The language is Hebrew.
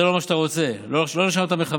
זה לא מה שאתה רוצה, לא לשם אתה מכוון.